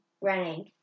running